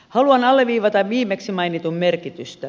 haluan alleviivata viimeksi mainitun merkitystä